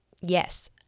Yes